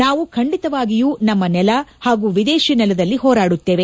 ನಾವೂ ಖಂಡಿತವಾಗಿಯೂ ನಮ್ಮ ನೆಲ ಹಾಗೂ ವಿದೇಶಿ ನೆಲದಲ್ಲಿ ಹೋರಾಡುತ್ತೇವೆ